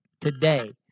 Today